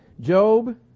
job